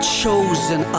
chosen